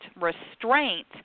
restraint